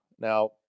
Now